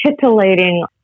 titillating